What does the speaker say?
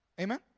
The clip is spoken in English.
Amen